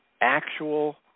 actual